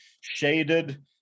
shaded